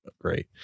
great